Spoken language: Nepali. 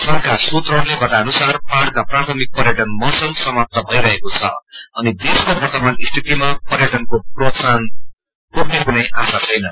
संषका सूत्रहरूले बताए अनुसार पहाइका प्राथमिक पर्यटन मौसम समात्त भइरहेको छ अनि देशको वर्तमान स्थितिमा पर्यटनको प्रोत्साहन पुग्ने कुनै आशा छैन